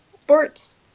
sports